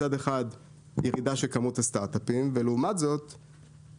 מצד אחד ירידה של כמו הסטארט-אפים ולעומת זאת יוניקורן,